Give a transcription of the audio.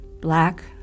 Black